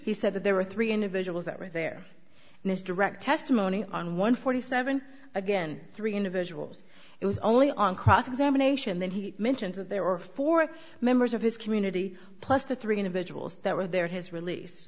he said that there were three individuals that were there mr direct testimony on one forty seven again three individuals it was only on cross examination then he mentions that there are four members of his community plus the three individuals that were there his release